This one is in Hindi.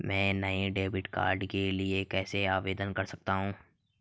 मैं नए डेबिट कार्ड के लिए कैसे आवेदन कर सकता हूँ?